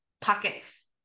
pockets